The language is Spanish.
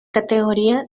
categoría